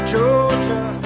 Georgia